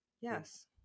Yes